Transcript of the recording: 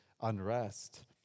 unrest